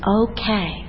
okay